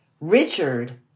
Richard